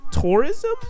tourism